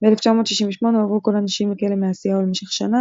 ב-1968 הועברו כל הנשים לכלא מעשיהו למשך שנה,